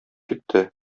китте